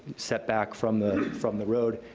set back from the from the road,